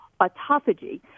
autophagy